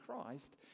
Christ